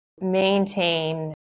maintain